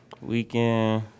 Weekend